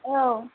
औ